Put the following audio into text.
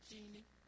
Jeannie